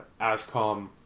ASCOM